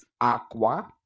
aqua